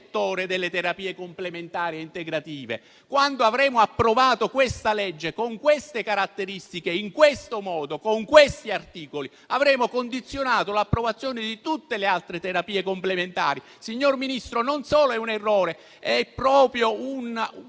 Quando avremo approvato questo provvedimento, con queste caratteristiche, in questo modo, con questi articoli, avremo condizionato l'approvazione di tutte le altre terapie complementari. Signor Ministro, non solo è un errore, ma è un